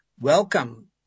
welcome